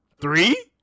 Three